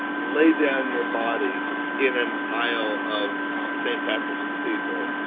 lay down your body in an aisle of st. patrick's cathedral.